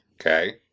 Okay